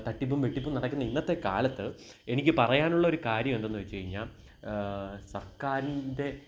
തട്ടിപ്പും വെട്ടിപ്പും നടക്കുന്ന ഇന്നത്തെ കാലത്ത് എനിക്ക് പറയാനുള്ളൊരു കാര്യം എന്തെന്ന് വച്ചുകഴിഞ്ഞാല് സർക്കാരിൻ്റെ